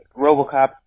Robocop